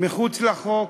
מחוץ לחוק.